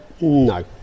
No